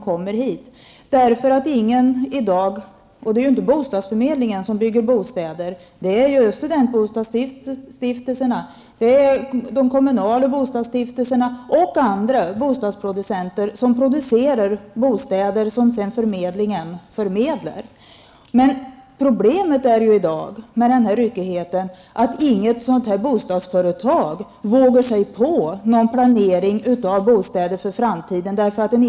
Det är ju inte bostadsförmedlingen som bygger bostäder, utan det är studentbostadsstiftelserna, de kommunala bostadsstiftelserna och andra bostadsproducenter som producerar bostäder, som sedan bostadsförmedlingen förmedlar. Den här ryckigheten medför att inget bostadsföretag vågar göra någon planering inför framtiden när det gäller bostäder.